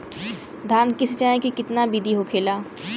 धान की सिंचाई की कितना बिदी होखेला?